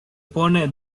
pone